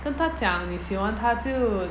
跟他讲你喜欢它就